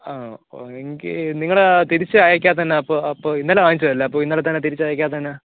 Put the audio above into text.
ആ എങ്കിൽ നിങ്ങളുടെ തിരിച്ചയക്കാത്ത എന്നാ അപ്പോൾ അപ്പോൾ ഇന്നലെ വാങ്ങിച്ചതല്ലേ അപ്പോൾ ഇന്നലെത്തന്നെ തിരിച്ചയക്കാത്ത എന്നാ